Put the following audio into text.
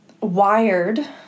wired